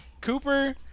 Cooper